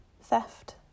theft